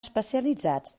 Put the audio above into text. especialitzats